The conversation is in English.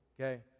okay